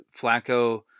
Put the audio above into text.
Flacco